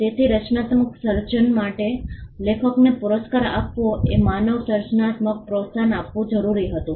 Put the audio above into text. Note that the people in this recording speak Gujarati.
તેથી રચનાત્મક સર્જન માટે લેખકને પુરસ્કાર આપવો એ માનવ સર્જનાત્મકતાને પ્રોત્સાહન આપવુ જરૂરી હતું